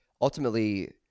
ultimately